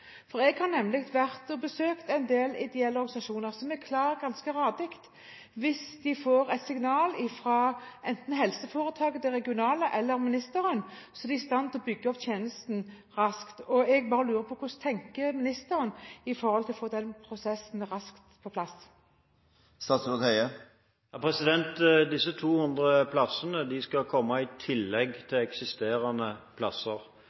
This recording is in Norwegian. fort. Jeg har nemlig vært og besøkt en del ideelle organisasjoner som ganske radig er klare; hvis de får et signal fra enten de regionale helseforetakene eller ministeren, er de i stand til å bygge opp tjenestene raskt. Jeg bare lurer på hvordan ministeren tenker når det gjelder å få den prosessen raskt på plass. Disse 200 plassene skal komme i tillegg til eksisterende plasser.